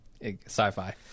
Sci-fi